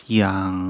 yang